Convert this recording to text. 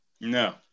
No